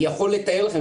אני יכול לתאר לכם,